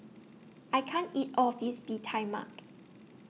I can't eat All of This Bee Tai Mak